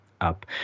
up